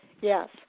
Yes